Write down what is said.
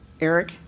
Eric